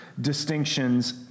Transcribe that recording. Distinctions